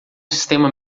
sistema